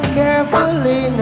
carefully